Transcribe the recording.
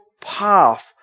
path